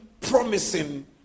promising